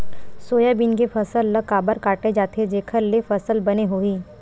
Soybean के फसल ल काबर काटे जाथे जेखर ले फसल बने होही?